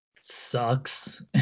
sucks